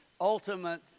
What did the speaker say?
ultimate